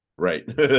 Right